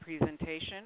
presentation